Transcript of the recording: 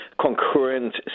concurrent